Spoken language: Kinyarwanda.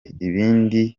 ibindi